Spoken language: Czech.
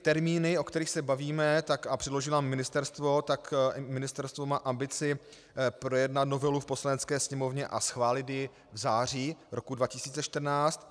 Termíny, o kterých se bavíme a předložilo nám je ministerstvo, tak ministerstvo má ambici projednat novelu v Poslanecké sněmovně a schválit ji v září roku 2014.